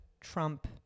trump